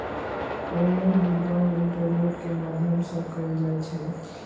online भुगतान internet के माध्यम सं कैल जाइ छै